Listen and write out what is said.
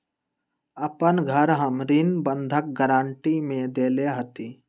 अपन घर हम ऋण बंधक गरान्टी में देले हती